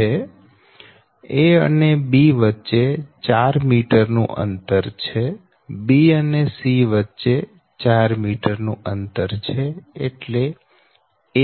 a અને b વચ્ચે 4 metre નું અંતર છે b અને c વચ્ચે 4 મીટર નું અંતર છે એટલે